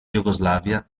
jugoslavia